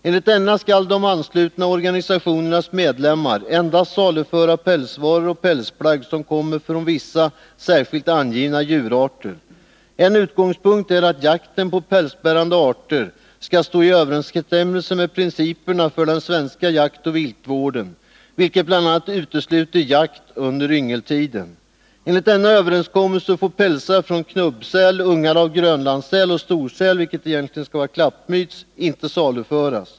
Enligt denna skall de anslutna organisationernas medlemmar endast saluföra pälsvaror och pälsplagg som kommer från vissa särskilt angivna djurarter. En utgångspunkt är att jakten på pälsbärande arter skall stå i överensstämmelse med principerna för den svenska jaktoch viltvården, vilket bl.a. utesluter jakt under yngeltiden. Enligt denna överenskommelse får pälsar från knubbsäl, ungar av grönlandssäl och storsäl, vilket egentligen skall vara klappmyts, inte saluföras.